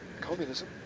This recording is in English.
communism